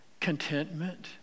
contentment